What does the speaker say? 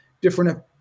different